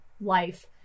life